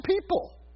people